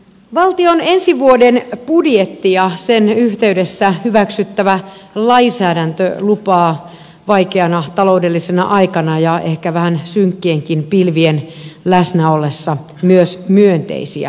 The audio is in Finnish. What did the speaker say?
valtion ensi vuoden budjetti ja sen yhteydessä hyväksyttävä lainsäädäntö lupaa vaikeana taloudellisena aikana ja ehkä vähän synkkienkin pilvien läsnä ollessa myös myönteisiä asioita